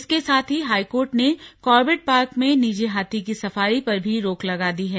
इसके साथ ही हाईकोर्ट ने कॉर्बेट पार्क में निजी हाथी की सफारी पर भी रोक लगा दी है